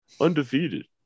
Undefeated